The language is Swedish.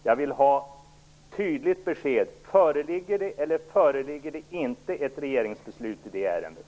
Jag vill ha tydligt besked: Föreligger det eller föreligger det inte ett regeringsbeslut i det ärendet?